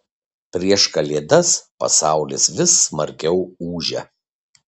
prieš kalėdas pasaulis vis smarkiau ūžia